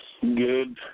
good